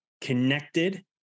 connected